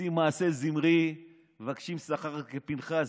העושים מעשי זמרי ומבקשים שכר כפינחס.